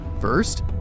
First